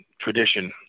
tradition